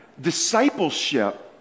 discipleship